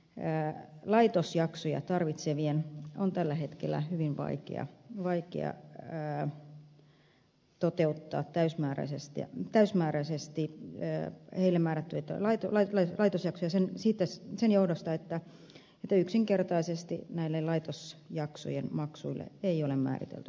erityisesti laitosjaksoja tarvitsevien on tällä hetkellä hyvin vaikea toteuttaa täysimääräisesti heille määrätty että laite laitinen laitos ja määrättyjä laitosjaksoja sen johdosta että yksinkertaisesti näille laitosjaksojen maksuille ei ole määritelty maksukattoa